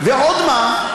ועוד מה,